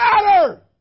matter